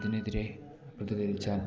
ഇതിനെതിരെ പ്രതികരിച്ചാൽ